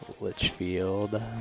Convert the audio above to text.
Litchfield